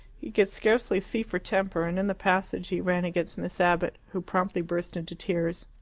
he could scarcely see for temper, and in the passage he ran against miss abbott, who promptly burst into tears.